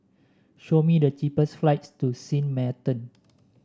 show me the cheapest flights to Sint Maarten